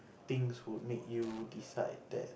things would make you decide that